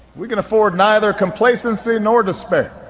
we can afford neither complacency nor despair.